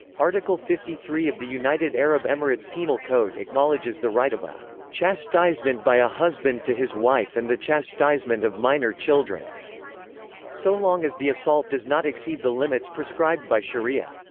article fifty three of the united arab emirates' penal code acknowledges the right of a chastisement by a husband to his wife and the chastisement of minor children so long as the assault does not exceed the limits prescribed by sharia.